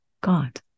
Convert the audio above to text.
God